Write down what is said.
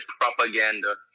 propaganda